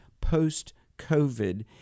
post-COVID